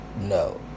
No